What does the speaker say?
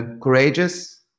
courageous